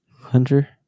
Hunter